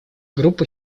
группа